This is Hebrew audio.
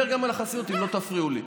אני אדבר גם על החסינות, אם לא תפריעו לי.